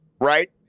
Right